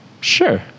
Sure